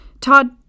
Todd